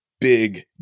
big